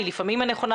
היא לפעמים הנכונה.